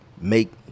make